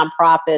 nonprofits